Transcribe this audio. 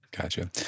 Gotcha